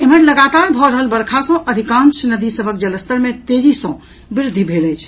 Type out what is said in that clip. एम्हर लगातार भऽ रहल वर्षा सँ अधिकांश नदी सभक जलस्तर मे तेजी सँ वृद्धि भेल अछि